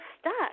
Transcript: stuck